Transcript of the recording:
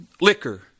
liquor